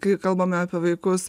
kai kalbame apie vaikus